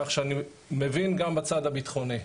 כך אני מבין גם בצד הביטחוני.